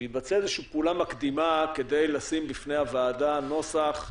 שיבצע איזו שהיא פעולה מקדימה כדי לשים בפני הוועדה נוסח,